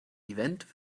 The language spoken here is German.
event